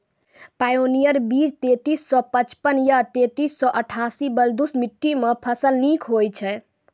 Pioneer बीज तेंतीस सौ पचपन या तेंतीस सौ अट्ठासी बलधुस मिट्टी मे फसल निक होई छै?